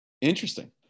Interesting